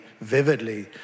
vividly